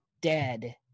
dead